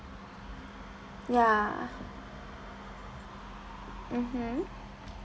ya mmhmm